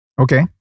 Okay